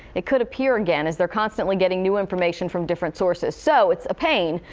it could appear again as they're constantly getting new information from different sources, so it's a pain.